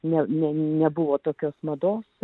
nė nebuvo tokios mados